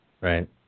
Right